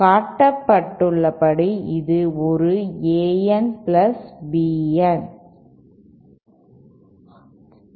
காட்டப்பட்டுள்ளபடி இது ஒரு AN பிளஸ் BN